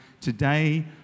today